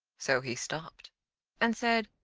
so he stopped and said,